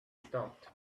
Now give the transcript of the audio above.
stopped